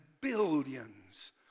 billions